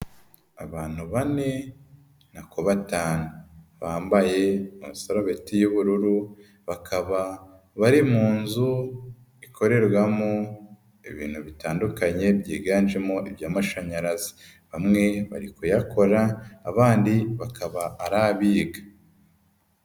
Abantu bane nako batanu, bambaye amasarubeti y'ubururu, bakaba bari mu nzu ikorerwamo ibintu bitandukanye byiganjemo iby'amashanyarazi, bamwe bari kuyakora abandi bakaba ari abiga.